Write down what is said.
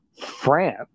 France